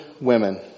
women